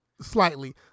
slightly